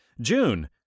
June